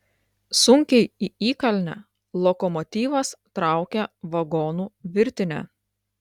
sunkiai į įkalnę lokomotyvas traukia vagonų virtinę